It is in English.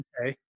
Okay